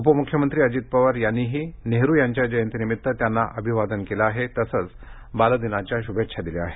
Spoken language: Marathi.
उपमुख्यमंत्री अजित पवार यांनीही नेहरु यांच्या जयंतीनिमीत्त त्यांना अभिवादन केलं आहे तसंच बाल दिनाच्या शुभेच्छा दिल्या आहेत